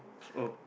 oh